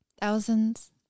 Thousands